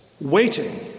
waiting